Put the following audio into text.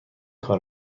کار